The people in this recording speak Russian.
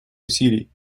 усилий